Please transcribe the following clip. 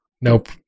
Nope